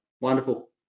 Wonderful